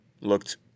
looked